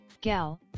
gal